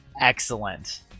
Excellent